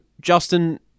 Justin